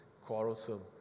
quarrelsome